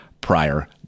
prior